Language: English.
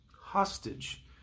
hostage